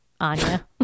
Anya